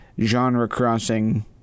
genre-crossing